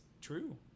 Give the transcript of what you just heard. True